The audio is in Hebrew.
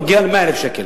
מגיע ל-100,000 שקל.